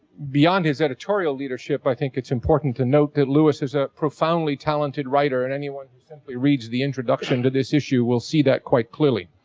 beyond his editorial leadership, i think it's important to note that lewis is a profoundly talented writer and anyone who simply reads the introduction to this issue will see that quite clearly,